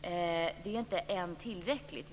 Det är ännu inte tillräckligt.